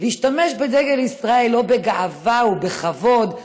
להשתמש בדגל ישראל לא בגאווה ובכבוד?